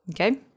Okay